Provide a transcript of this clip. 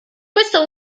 questo